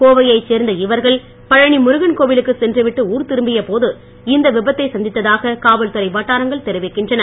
கோவையைச் சேர்ந்த இவர்கள் பழனி முருகன் கோவிலுக்கு சென்று விட்டு ஊர் திரும்பிய போது இந்த விபத்தை சந்தித்தாக காவல்துறை வட்டாரங்கள் தெரிவிக்கின்றன